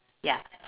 ya